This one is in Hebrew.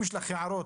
אם יש לך הערות